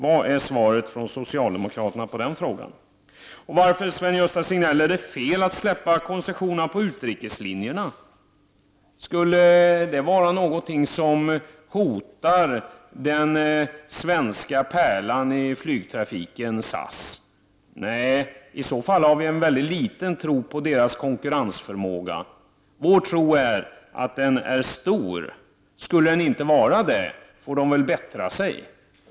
Vad är svaret från socialdemokraterna på dessa frågor? Varför är det fel att slopa koncessionen på utrikeslinjerna? Skulle det hota den svenska pärlan i flygtrafiken, SAS? Nej, i så fall har vi en mycket liten tro på SAS konkurrensförmåga. Vår tro är att den är stor. Skulle den inte vara det, får SAS bättra sig.